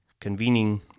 convening